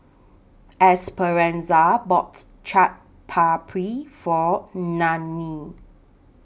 Esperanza boughts Chaat Papri For Nannie